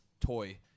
toy